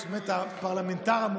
הפרלמנטר המוכשר,